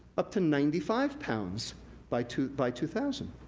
up to ninety five pounds by two by two thousand.